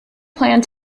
planned